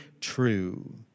true